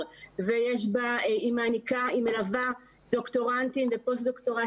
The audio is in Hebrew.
והיא מלווה דוקטורנטים ופוסט דוקטורט,